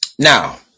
Now